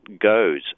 goes